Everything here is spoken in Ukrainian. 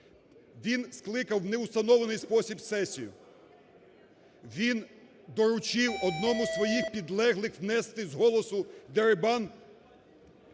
Він скликав в неустановлений спосіб сесію. Він доручив одному із своїх підлеглих внести з голосу дерибан